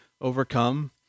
overcome